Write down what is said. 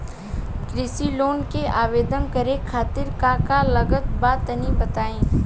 कृषि लोन के आवेदन करे खातिर का का लागत बा तनि बताई?